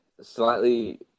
slightly